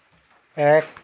এক